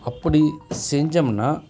அப்படி செஞ்சோம்ன்னா